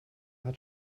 hat